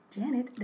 Janet